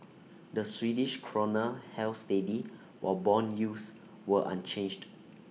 the Swedish Krona held steady while Bond yields were unchanged